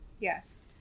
yes